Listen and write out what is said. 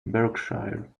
berkshire